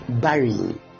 Burying